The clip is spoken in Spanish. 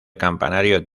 campanario